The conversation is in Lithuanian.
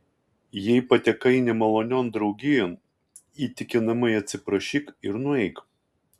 jei patekai nemalonion draugijon įtikinamai atsiprašyk ir nueik